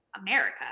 america